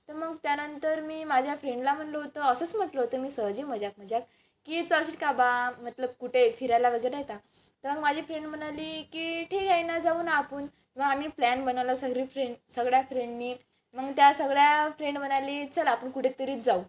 तर मग त्यानंतर मी माझ्या फ्रेंडला म्हटलं होतं असंच म्हटलं होतं मी सहज मजाक मजाक की चलशील का बा मतलब कुठे फिरायला वगैरे हयता तर मग माझी फ्रेंड म्हणाली की ठीक आहे ना जाऊ ना आपण मग आम्ही प्लॅन बनवला सगळे फ्रेंड सगळ्या फ्रेंडने मग त्या सगळ्या फ्रेंड म्हणाली चला आपण कुठेतरीच जाऊ